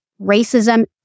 racism